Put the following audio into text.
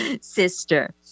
sister